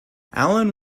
alan